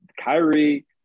Kyrie